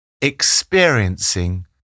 Experiencing